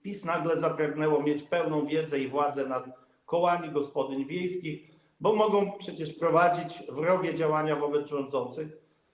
PiS nagle zapragnęło mieć pełną wiedzę i władzę nad kołami gospodyń wiejskich, bo mogą przecież one prowadzić wrogie działania wobec rządzących.